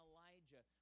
Elijah